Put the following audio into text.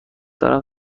دارم